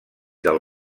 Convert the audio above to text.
del